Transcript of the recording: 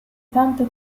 tanto